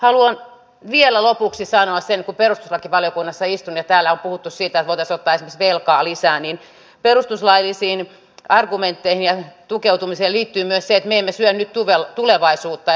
haluan vielä lopuksi sanoa sen kun perustuslakivaliokunnassa istun ja täällä on puhuttu siitä että voitaisiin ottaa esimerkiksi velkaa lisää että perustuslaillisiin argumentteihin ja niihin tukeutumiseen liittyy myös se että me emme syö nyt tulevaisuutta ja hyvinvointiyhteiskuntaa